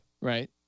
Right